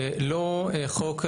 נדבר.